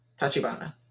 Tachibana